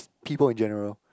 people in general